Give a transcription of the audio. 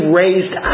raised